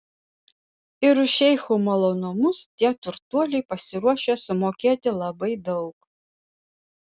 ir už šeichų malonumus tie turtuoliai pasiruošę sumokėti labai daug